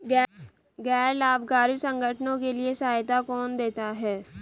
गैर लाभकारी संगठनों के लिए सहायता कौन देता है?